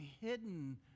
hidden